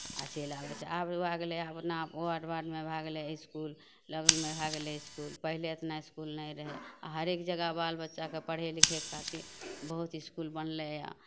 आ चलि आबै छै आब भए गेलै आब उतना वार्ड वार्डमे भए गेलै इसकुल लगमे भए गेलै इसकुल पहिले एतना इसकुल नहि रहै हरेक जगह बाल बच्चाके पढ़य लिखय खातिर बहुत इसकुल बनलै